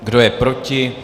Kdo je proti?